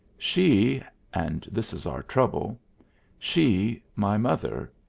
she and this is our trouble she, my mother,